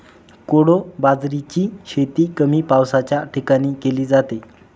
कोडो बाजरीची शेती कमी पावसाच्या ठिकाणी केली जाते